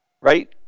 right